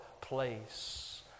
place